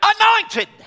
anointed